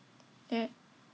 yeah